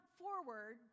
forward